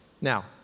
Now